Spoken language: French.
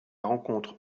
rencontres